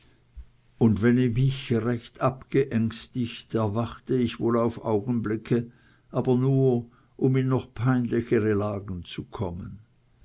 und wenn ich mich recht abgeängstigt erwachte ich wohl auf augenblicke aber nur um in noch peinlichere lage zu kommen